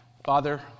Father